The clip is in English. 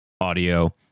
audio